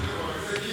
אנחנו